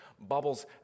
bubbles